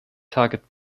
target